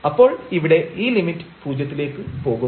അപ്പോൾ ഇവിടെ ഈ ലിമിറ്റ് പൂജ്യത്തിലേക്ക് പോകും